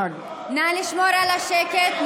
נא לשמור על השקט.